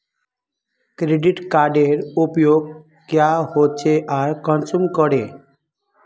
Credit कार्डेर उपयोग क्याँ होचे आर कुंसम करे?